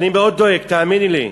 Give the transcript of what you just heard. אני מאוד דואג, תאמיני לי.